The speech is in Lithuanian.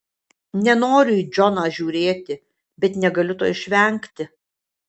nenoriu į džoną žiūrėti bet negaliu to išvengti